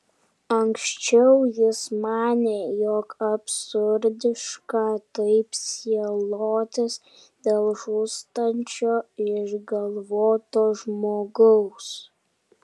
anksčiau jis manė jog absurdiška taip sielotis dėl žūstančio išgalvoto žmogaus